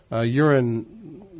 urine